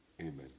amen